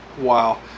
wow